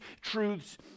truths